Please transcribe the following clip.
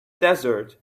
desert